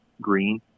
green